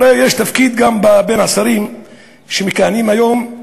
הרי יש תפקיד גם בין השרים שמכהנים היום,